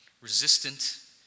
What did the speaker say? resistant